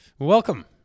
Welcome